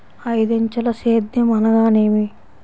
ఐదంచెల సేద్యం అనగా నేమి?